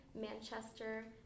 Manchester